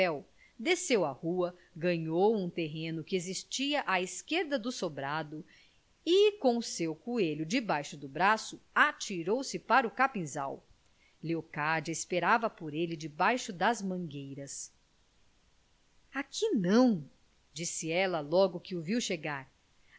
desceu à rua ganhou um terreno que existia à esquerda do sobrado e com o seu coelho debaixo do braço atirou-se para o capinzal leocádia esperava por ele debaixo das mangueiras aqui não disse ela logo que o viu chegar